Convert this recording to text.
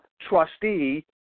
trustee